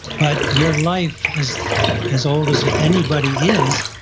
but your life, as as old as anybody is,